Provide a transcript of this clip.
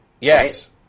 Yes